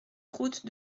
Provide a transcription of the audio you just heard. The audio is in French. route